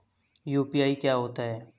UPI क्या होता है?